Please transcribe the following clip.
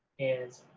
and